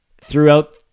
throughout